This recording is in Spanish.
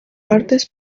partes